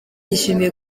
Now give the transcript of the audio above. yishimiye